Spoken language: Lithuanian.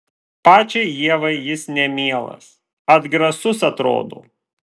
pačiai ievai jis nemielas atgrasus atrodo